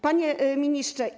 Panie Ministrze!